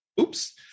Oops